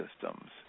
systems